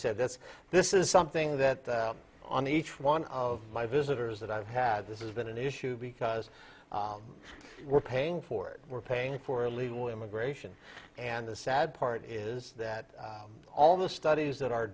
said this this is something that on each one of my visitors that i've had this is been an issue because we're paying for it we're paying for illegal immigration and the sad part is that all the studies that are